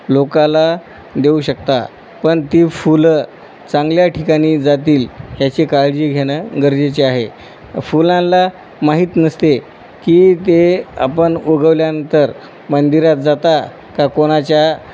लोकाला देऊ शकता पण ती फुलं चांगल्या ठिकाणी जातील याची काळजी घेणं गरजेचे आहे फुलाला माहीत नसते की ते आपण उगवल्यानंतर मंदिरात जाता का कोणाच्या